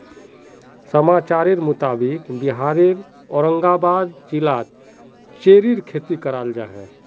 समाचारेर मुताबिक़ बिहारेर औरंगाबाद जिलात चेर्रीर खेती कराल जाहा